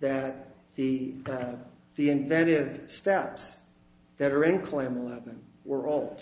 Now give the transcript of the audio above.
that the that the invented steps that are in claim eleven were all